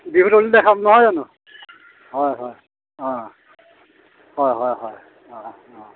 বিহু তলিতে খাম নহয় জানো হয় হয় অঁ হয় হয় হয় অঁ অঁ